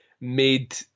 made